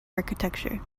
architecture